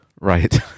Right